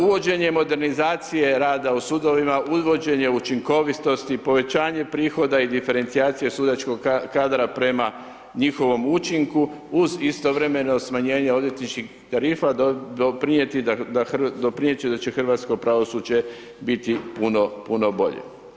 Uvođenjem modernizacije rada u sudovima, uvođenje učinkovitosti, povećanje prihoda i diferencijacije sudačkog kadra prema njihovom učinku, uz istovremeno smanjenje odvjetničkih tarifa, doprinijeti će da će hrvatsko pravosuđe biti puno bolje.